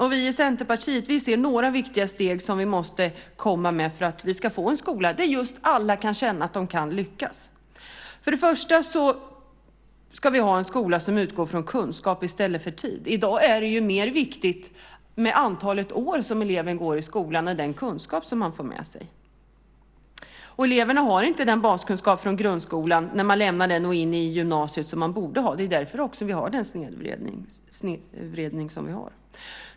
Vi i Centerpartiet ser några viktiga steg som vi måste komma med för att vi ska få en skola där alla kan känna att de kan lyckas. För det första ska vi ha en skola som utgår från kunskap i stället för tid. I dag är det mer viktigt med det antal år som eleven går i skolan än den kunskap som den får med sig. Eleverna har inte baskunskap från grundskolan när de lämnar den och går in i gymnasiet som de borde ha. Det är därför vi har den snedvridning vi har.